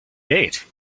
gate